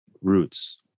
roots